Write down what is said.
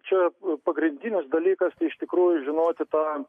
čia pagrindinis dalykas iš tikrųjų žinoti tą